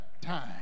time